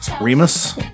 Remus